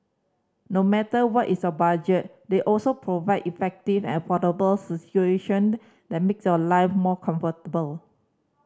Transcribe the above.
no matter what is your budget they also provide effective and affordable situation that makes your life more comfortable